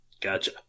Gotcha